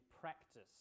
practice